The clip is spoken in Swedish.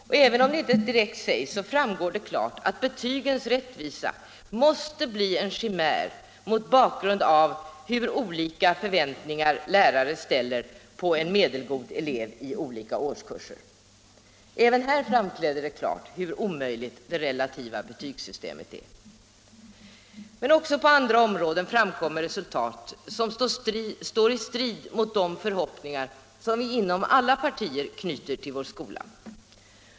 Och även om det inte direkt sägs så framgår det klart att betygsrättvisa måste bli en chimär mot bakgrund av hur olika förväntningar lärare ställer på en medelgod elev i olika årskurser. Även här framträder det klart hur omöjligt det relativa betygssystemet är. Men också på andra områden framkommer resultat som står i strid med de förhoppningar som vi inom alla partier knyter till vår skola.